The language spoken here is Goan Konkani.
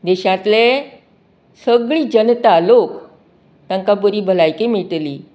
देशांतले सगळीं जनता लोक ताका बरी भलायकी मेळटली